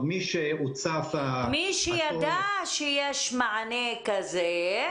מי שהוצף --- מי שידע שיש מענה כזה, ביקש.